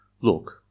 Look